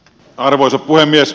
arvoisa puhemies